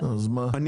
אני